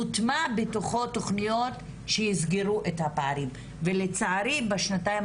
מוטמע בתוכו תכניות שיסגרו את הפערים ולצערי בשנתיים